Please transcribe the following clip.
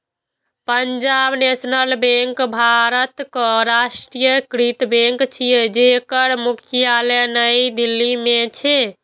Punjab National Bank भारतक राष्ट्रीयकृत bank छियै, जेकर मुख्यालय नई दिल्ली मे छै